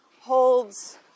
holds